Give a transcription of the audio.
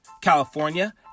California